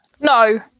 No